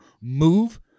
move